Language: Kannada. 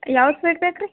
ಯಾವ ಸ್ವೀಟ್ ಬೇಕು ರೀ